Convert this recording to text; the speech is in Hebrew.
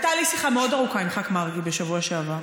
הייתה לי שיחה מאוד ארוכה עם ח"כ מרגי בשבוע שעבר.